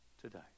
today